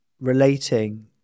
relating